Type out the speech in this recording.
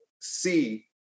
see